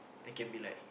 I can be like